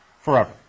Forever